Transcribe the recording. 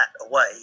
away